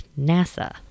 NASA